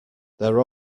there